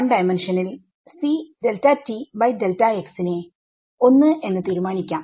1 ഡൈമെൻഷനിൽ നെ 1 എന്ന് തീരുമാനിക്കാം